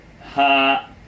Ha